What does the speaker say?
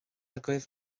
agaibh